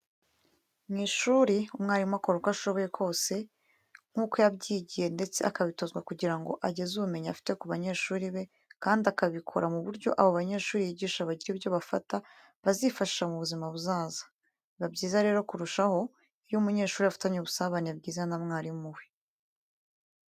Mu ishuri umwarimu akora uko ashoboye kose nk'uko yabyigiye ndetse akabitozwa kugirango ageze ubumenyi afite ku banyeshuri be kandi akabikora mu buryo abo banyeshuri yigisha bagira ibyo bafata bazifashisha mu buzima buzaza. Biba byiza rero kurushaho iyo umunyeshuri afitanye ubusabane bwiza na mwarimu we.